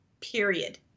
period